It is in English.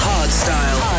Hardstyle